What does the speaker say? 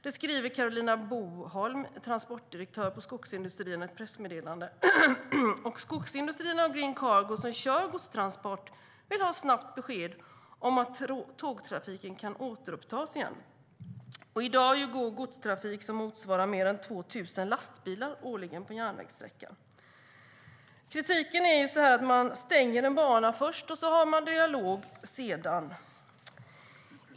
Det skriver Karolina Boholm, transportdirektör på skogsindustrierna i ett pressmeddelande. Skogsindustrierna och Green Cargo, som kör godstransporter, vill ha snabbt besked om att tågtrafiken kan återupptas igen. I dag går godstrafik som motsvarar mer än 2 000 lastbilar årligen på den här järnvägssträckan. Kritiken gäller att man först stänger en bana och sedan har dialog.